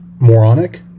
moronic